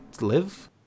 live